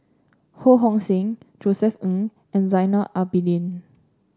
Ho Hong Sing Josef Ng and Zainal Abidin